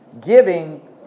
giving